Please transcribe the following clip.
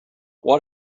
what